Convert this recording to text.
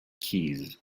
keys